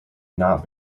not